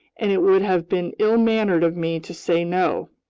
and it would have been ill-mannered of me to say no.